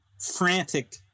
frantic